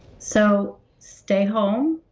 so stay home.